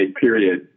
period